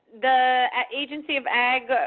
the agency of ag